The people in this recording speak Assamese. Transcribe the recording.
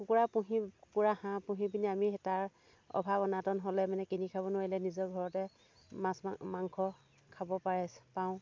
কুকুৰা পুহি কুকুৰা হাঁহ পুহি পিনি আমি তাৰ অভাৱ অনাটন হ'লে মানে কিনি খাব নোৱাৰিলে নিজৰ ঘৰতে মাছ মাংস খাব পাৰে পাওঁ